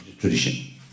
Tradition